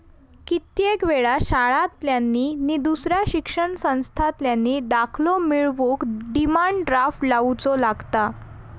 कित्येक वेळा शाळांतल्यानी नि दुसऱ्या शिक्षण संस्थांतल्यानी दाखलो मिळवूक डिमांड ड्राफ्ट लावुचो लागता